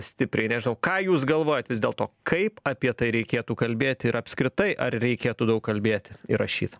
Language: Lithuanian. stipriai nežinau ką jūs galvojat vis dėlto kaip apie tai reikėtų kalbėti ir apskritai ar reikėtų daug kalbėti ir rašyti